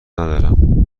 ندارم